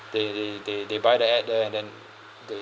they they they they buy the ad the and then they